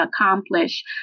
accomplish